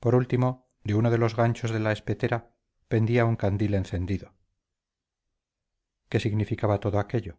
por último de uno de los ganchos de la espetera pendía un candil encendido qué significaba todo aquello